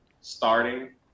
starting